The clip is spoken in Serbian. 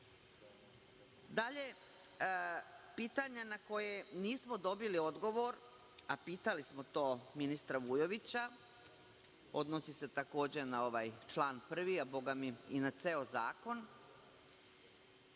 evra? Dalje, pitanje na koje nismo dobili odgovor, a pitali smo to ministra Vujovića, odnosi se takođe na ovaj član prvi, a bogami i na ceo zakon,